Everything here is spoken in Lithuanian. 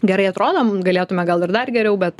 gerai atrodom galėtume gal ir dar geriau bet